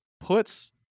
puts